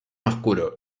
oscuro